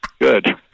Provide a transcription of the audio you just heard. Good